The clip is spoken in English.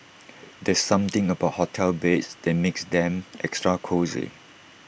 there's something about hotel beds that makes them extra cosy